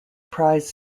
prize